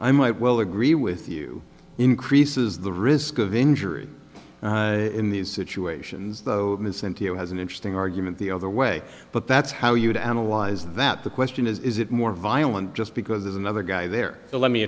i might well agree with you increases the risk of injury in these situations though has an interesting argument the other way but that's how you would analyze that the question is is it more violent just because there's another guy there so let me